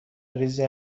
ریزی